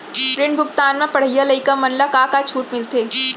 ऋण भुगतान म पढ़इया लइका मन ला का का छूट मिलथे?